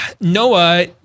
Noah